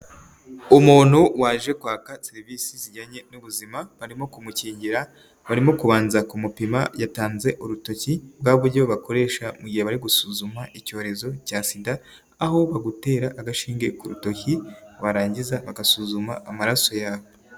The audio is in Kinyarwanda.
Umuntu waje kwaka serivisi zijyanye n'ubuzima barimo kumukingira barimo kubanza kumupima yatanze urutoki bwa buryo bakoresha mu gihe bari gusuzuma icyorezo cya sida, aho bagutera agashinge ku rutoki barangiza bagasuzuma amaraso yawe.